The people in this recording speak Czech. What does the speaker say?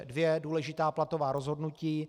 Dvě důležitá platová rozhodnutí.